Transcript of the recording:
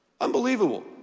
Unbelievable